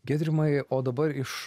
giedrimai o dabar iš